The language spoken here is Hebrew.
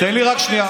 תן לי רק שנייה.